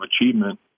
achievement